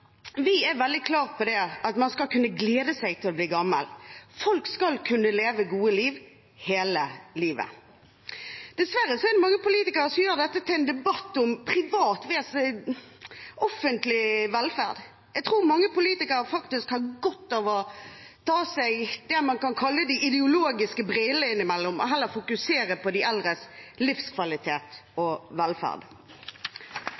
Fremskrittspartiet er veldig klar på at man skal kunne glede seg til å bli gammel. Folk skal kunne leve gode liv hele livet. Dessverre er det mange politikere som gjør dette til en debatt om privat versus offentlig velferd. Jeg tror mange politikere innimellom har godt av å ta av seg det man kan kalle de ideologiske brillene, og heller fokusere på de eldres livskvalitet